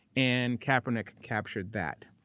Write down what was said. and kaepernick captured that.